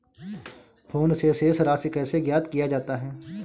Phone से शेष राशि कैसे ज्ञात किया जाता है?